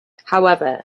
however